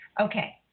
Okay